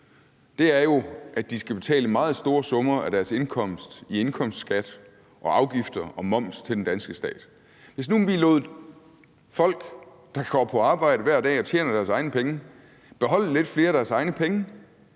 er jo, at de skal betale meget store summer af deres indkomst i indkomstskat og afgifter og moms til den danske stat. Hvis nu vi lod folk, der går på arbejde hver dag og tjener deres egne penge, beholde lidt flere af deres egne penge,